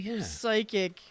psychic